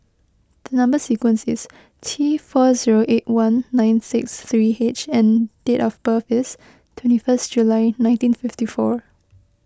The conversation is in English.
Number Sequence is T four zero eight one nine six three H and date of birth is twenty first July nineteen fifty four